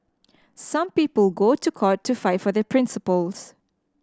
some people go to court to fight for their principles